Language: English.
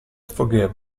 forgive